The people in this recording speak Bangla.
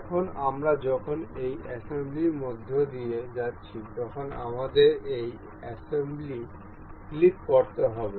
এখন আমরা যখন এই অ্যাসেম্বলির মধ্য দিয়ে যাচ্ছি তখন আমাদের এই অ্যাসেম্বলি ক্লিক করতে হবে